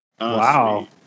Wow